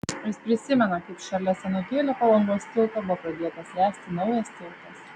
jis prisimena kaip šalia senutėlio palangos tilto buvo pradėtas ręsti naujas tiltas